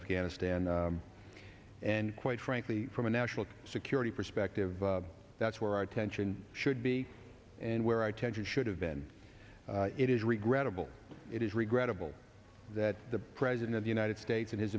afghanistan and quite frankly from a national security perspective that's where our attention should be and where i tension should have been it is regrettable it is regrettable that the president of the united states and his